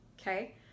okay